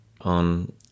on